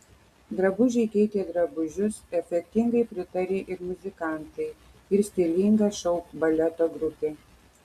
drabužiai keitė drabužius efektingai pritarė ir muzikantai ir stilinga šou baleto grupė